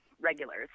regulars